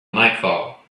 nightfall